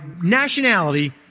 nationality